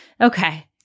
Okay